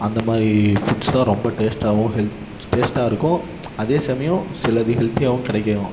அந்த மாதிரி ஃபுட்ஸ் தான் ரொம்ப டேஸ்ட்டாகவும் ஹெல்த் டேஸ்ட்டாக இருக்கும் அதே சமயம் சில இது ஹெல்த்தியாகவும் கிடைக்கும்